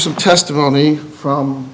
some testimony from